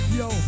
yo